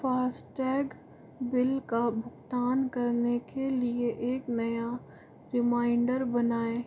FASTag bill का भुगतान करने के लिए एक नया रिमाइंडर बनाएँ